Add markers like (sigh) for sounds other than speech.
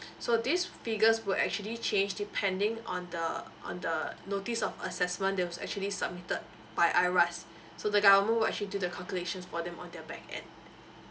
so this figures will actually change depending on the on the notice of assessment that was actually submitted by iras (breath) so the government will actually do the calculation for them on their back end